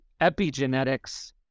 epigenetics